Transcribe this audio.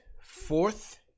fourth